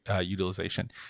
utilization